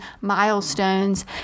milestones